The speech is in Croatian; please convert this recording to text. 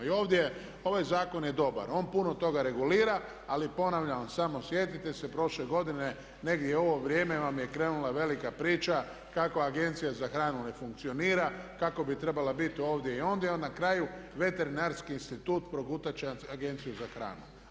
I ovdje ovaj zakon je dobar, on puno toga regulira ali ponavljam vam samo sjetite se prošle godine negdje u ovo vrijeme vam je krenula velika priča kako Agencija za hranu ne funkcionira, kako bi trebala biti ovdje i ondje a na kraju Veterinarski institut progutati će Agenciju za hranu.